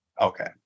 okay